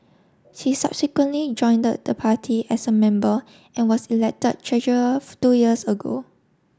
she subsequently joined the party as a member and was elected treasurer two years ago